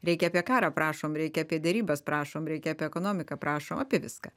reikia apie karą prašom reikia apie derybas prašom reikia apie ekonomiką prašom apie viską